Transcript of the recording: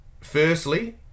firstly